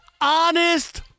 honest